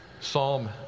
Psalm